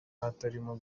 hatarimo